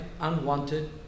unwanted